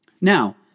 Now